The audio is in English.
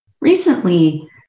Recently